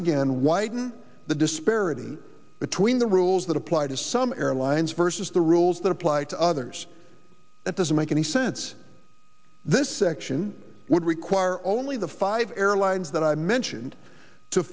again widen the disparity between the rules that apply to some airlines versus the rules that apply to others that doesn't make any sense this section would require only the five airlines that i mentioned to